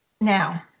now